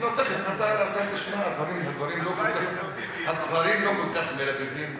הדברים לא כל כך מלבבים,